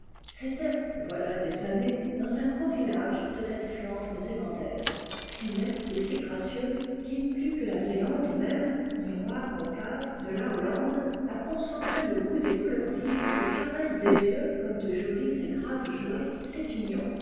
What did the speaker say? c'était voilà des années dans un gros village de cette flandre zélandaise si nette et si gracieuse qui plus que la zélande même miroir concave de la hollande a concentré le goût des couleurs vives et caresse des yeux comme de jolis et graves jouets ses pignons